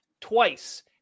Twice